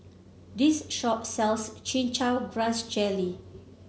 this shop sells Chin Chow Grass Jelly